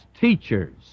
teachers